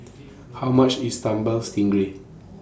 How much IS Sambal Stingray